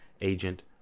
agent